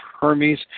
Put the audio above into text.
Hermes